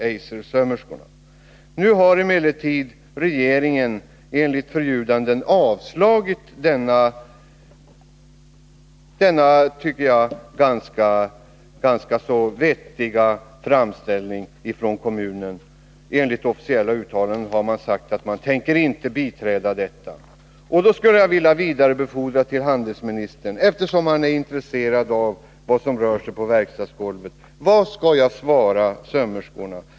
Regeringen har emellertid enligt förljudanden avslagit denna enligt min uppfattning ganska vettiga framställning från kommunen. Enligt officiella uttalanden ämnar regeringen inte biträda framställningen. Eftersom handelsministern är intresserad av vad som händer på verkstadsgolvet kanske han kan svara mig på dessa frågor: Vad skall jag säga till sömmerskorna?